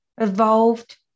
evolved